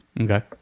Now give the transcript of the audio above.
okay